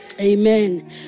amen